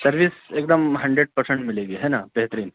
service ایک دم hundred percent ملے گی ہے نا بہترین